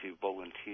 volunteers